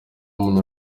umuntu